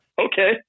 okay